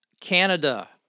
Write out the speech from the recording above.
Canada